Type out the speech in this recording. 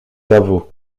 caveau